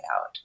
out